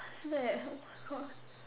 what's that oh my God